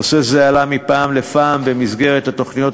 נושא זה עלה מפעם לפעם במסגרת התוכניות